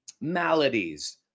maladies